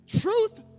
Truth